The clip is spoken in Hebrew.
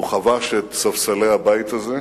הוא חבש את ספסלי הבית הזה.